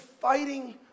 fighting